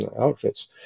outfits